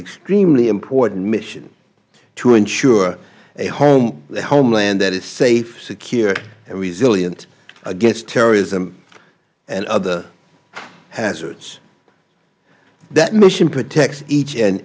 extremely important mission to ensure a homeland that is safe secure and resilient against terrorism and other hazards that mission protects each and